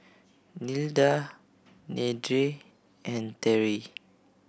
Nilda Deidre and Terrie